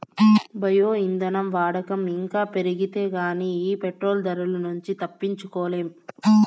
bio ఇంధనం వాడకం ఇంకా పెరిగితే గానీ ఈ పెట్రోలు ధరల నుంచి తప్పించుకోలేం